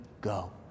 go